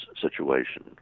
situation